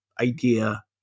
idea